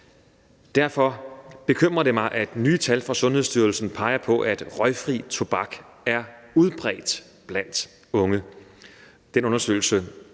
Derfor bekymrer det mig, at nye tal fra Sundhedsstyrelsen peger på, at røgfri tobak er udbredt blandt unge.